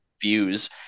views